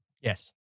yes